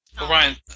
Ryan